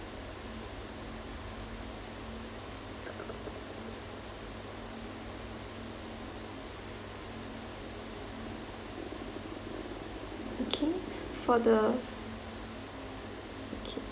okay for the